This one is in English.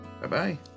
Bye-bye